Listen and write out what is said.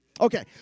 Okay